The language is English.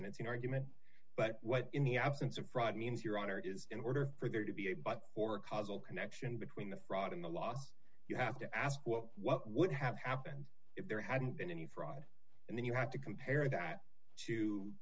and it's an argument but what in the absence of fraud means your honor is in order for there to be a but for causal connection between the fraud and the loss you have to ask what would have happened if there hadn't been any fraud and then you have to compare that to